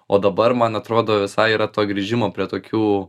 o dabar man atrodo visai yra to grįžimo prie tokių